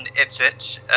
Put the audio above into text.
Ipswich